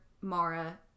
Mara